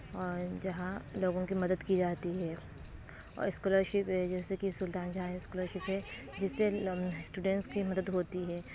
اور جہاں لوگوں کی مدد کی جاتی ہے اور اسکالرشپ ہے جیسے کہ سلطان جہاں اسکالرشپ ہے جس سے اسٹوڈینٹس کی مدد ہوتی ہے